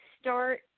start